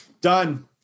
Done